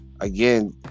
again